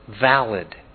valid